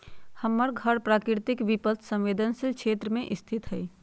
हमर घर प्राकृतिक विपत संवेदनशील क्षेत्र में स्थित हइ